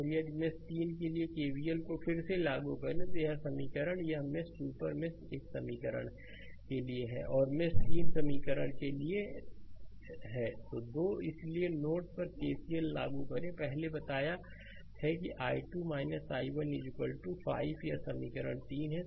और यदि मेष 3 के लिए केवीएल को फिर से लागू करें यह आर समीकरण है यह मेष सुपर मेष 1 समीकरण 1 के लिए है और मेष 3 समीकरण के लिए 2 इसलिए नोड एक पर केसीएल लागू करें पहले बताया कि i2 i1 5 यह समीकरण 3 है